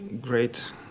great